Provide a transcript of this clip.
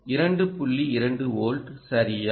2 volt சரியா